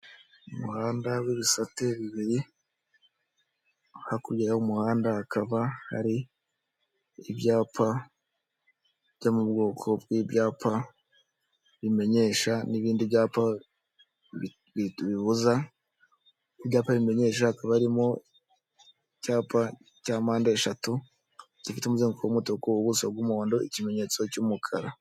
Umuhanda w'ibisate bibiri, hakurya y'umuhanda hakaba hari ibyapa byo mu bwoko bw'ibyapa bimenyesha n'ibindi byapa bibuza, ibyapa bimenyesha hakaba harimo icyapa cya mpande eshatu, gifite umuzenguko w'umutuku ubuso bw'umuhondo ikimenyetso cy'umukara.